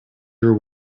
your